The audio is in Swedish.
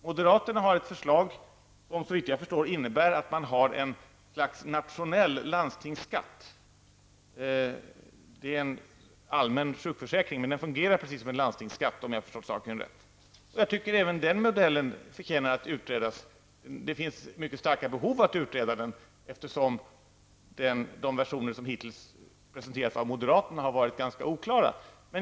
Moderaterna har ett förslag som såvitt jag förstår innebär att man har ett slags nationell landstingsskatt. Det är en allmän sjukförsäkring, men den fungerar precis som en landstingsskatt, om jag förstått saken rätt. Jag tycker att även den modellen förtjänar att utredas. Det finns mycket starka skäl att utreda den, eftersom de versioner som hittills presenterats av moderaterna har varit ganska oklara.